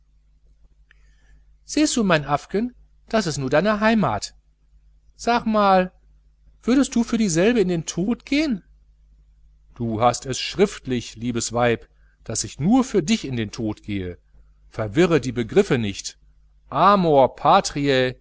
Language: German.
sehssu mein affgen das is nu deine heimat sag mal würdest du für dieselbe in den tod gehen du hast es schriftlich liebes weib daß ich nur für dich in den tod gehe verwirre die begriffe nicht amor patriae